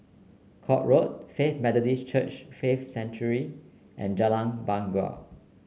Court Road Faith Methodist Church Faith Sanctuary and Jalan Bangau